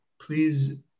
please